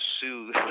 sue